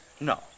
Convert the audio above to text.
No